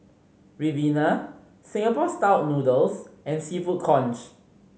ribena Singapore Style Noodles and Seafood Congee